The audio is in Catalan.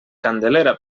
candelera